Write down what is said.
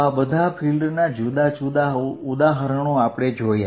તો આ બધા ફિલ્ડના જુદા જુદા ઉદાહરણો આપણે જોયા